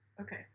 Okay